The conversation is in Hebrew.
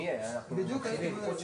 אני יכול להגיד מניסיוני,